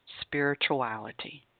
spirituality